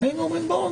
היינו אומרים: בואו,